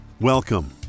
Welcome